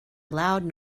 loud